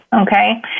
okay